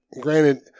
granted